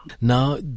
Now